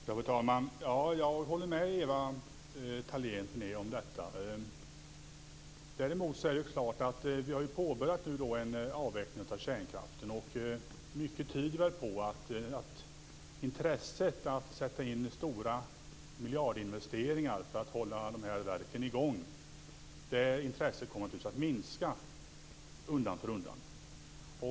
Fru talman! Jag håller med Ewa Thalén Finné om detta. Däremot är det klart att vi nu har påbörjat en avveckling av kärnkraften. Mycket tyder väl på att intresset för att sätta in stora miljardinvesteringar för att hålla verken i gång kommer att minska undan för undan.